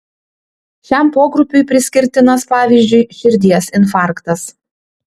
šiam pogrupiui priskirtinas pavyzdžiui širdies infarktas